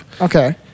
Okay